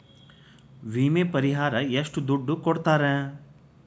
ವಿಮೆ ಪರಿಹಾರ ಎಷ್ಟ ದುಡ್ಡ ಕೊಡ್ತಾರ?